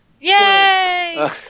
Yay